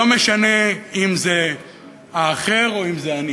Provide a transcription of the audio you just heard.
לא משנה אם זה האחר או אם זה אני